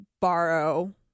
borrow